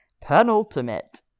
penultimate